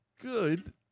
good